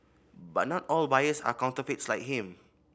but not all buyers of counterfeits are like him